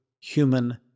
human